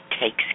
takes